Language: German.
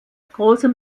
großem